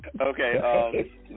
Okay